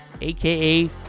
aka